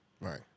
Right